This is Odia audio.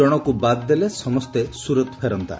ଜଣକୁ ବାଦ୍ ଦେଲେ ସମସ୍ତେ ସୁରତ୍ ଫେରନ୍ତା